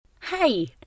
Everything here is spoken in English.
Hey